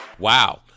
Wow